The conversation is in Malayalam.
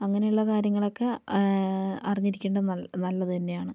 അങ്ങനെയുള്ള കാര്യങ്ങളൊക്കെ അറിഞ്ഞിരിക്കേണ്ടത് നല് നല്ലതു തന്നെയാണ്